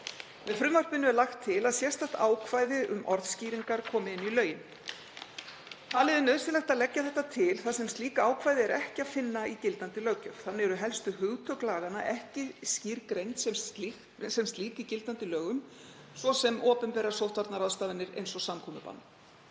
Með frumvarpinu er lagt til að sérstakt ákvæði um orðskýringar komi inn í lögin. Talið er nauðsynlegt að leggja þetta til þar sem slík ákvæði er ekki að finna í gildandi löggjöf. Þannig eru helstu hugtök laganna ekki skýrgreind sem slík í gildandi lögum, svo sem opinberar sóttvarnaráðstafanir eins og samkomubann.